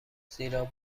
زیرا